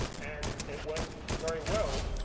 and it went very well.